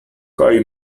kaj